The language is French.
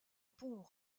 pont